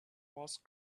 was